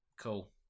Cool